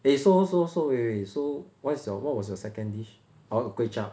eh so so so wait wait wait so what's your what was your second dish oh kway chap